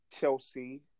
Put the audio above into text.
Chelsea